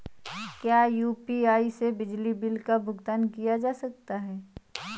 क्या यू.पी.आई से बिजली बिल का भुगतान किया जा सकता है?